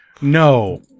No